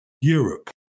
Europe